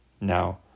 Now